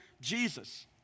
Jesus